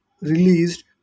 released